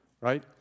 right